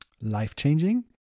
life-changing